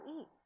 eat